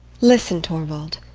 listen, torvald.